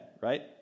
right